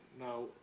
now